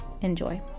Enjoy